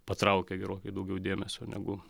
patraukė gerokai daugiau dėmesio negu